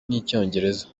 n’icyongereza